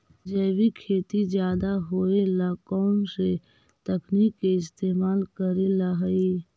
जैविक खेती ज्यादा होये ला कौन से तकनीक के इस्तेमाल करेला हई?